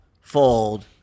Fold